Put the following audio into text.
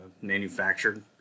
manufactured